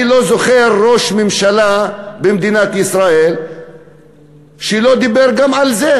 אני לא זוכר ראש ממשלה במדינת ישראל שלא דיבר גם על זה.